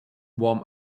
warm